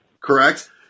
correct